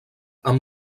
amb